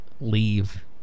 leave